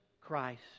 Christ